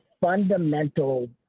fundamental